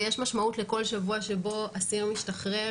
ויש משמעות לכל שבוע שבו אסיר משתחרר,